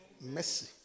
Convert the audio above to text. Mercy